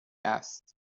است